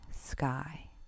sky